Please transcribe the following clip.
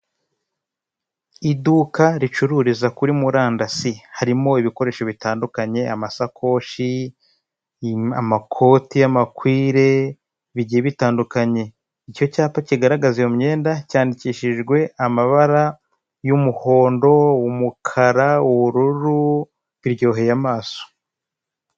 Iduka ricururiza kuri murandasi. Harimo ibikoresho bitandukanye; amasakoshi, amakoti y'amakwire, bigiye bitandukanye. Icyo cyapa kigaragaza iyo myenda cyandikishijwe amabara y'umuhondo, umukara, ubururu, biryoheye amaso.